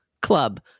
club